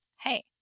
hey